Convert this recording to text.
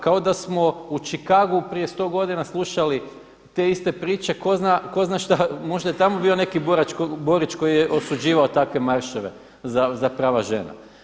Kao da smo u Chicagu prije sto godina slušali te iste priče tko zna šta, možda je i tamo bio neki Borić koji je osuđivao takve marševe za prava žena.